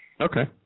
Okay